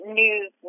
news